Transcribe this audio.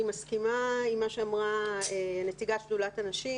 אני מסכימה עם מה שאמרה נציגת שדולת הנשים,